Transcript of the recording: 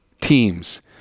teams